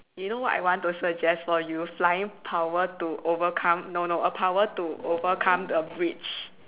you know what I want to suggest for you flying power to overcome no no a power to overcome a bridge